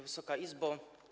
Wysoka Izbo!